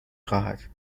خواهد